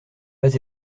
pas